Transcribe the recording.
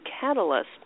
catalyst